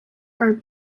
are